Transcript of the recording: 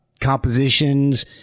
compositions